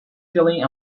feeling